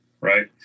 Right